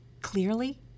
clearly